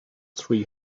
three